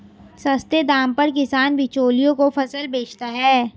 सस्ते दाम पर किसान बिचौलियों को फसल बेचता है